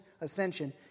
ascension